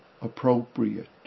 appropriate